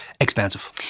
expensive